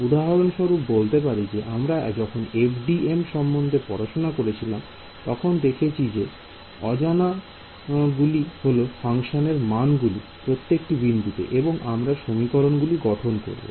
উদাহরণস্বরূপ বলতে পারি যে আমরা যখন FDM সম্বন্ধে পড়াশোনা করছিলাম তখন দেখেছি যে অজানা গুলি হল ফাংশানের মানগুলি প্রত্যেকটি বিন্দুতে এবং আমরা সমীকরণ গুলি গঠন করবো